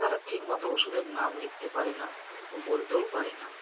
তারা ঠিকমতো ওষুধের নাম লিখতে পারে না বলতেও পারে না